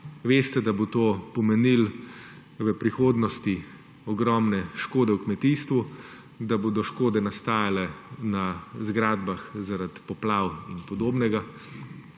Veste, da bo to pomenilo v prihodnosti ogromne škode v kmetijstvu, da bodo škode nastajale na zgradbah zaradi poplav in podobnega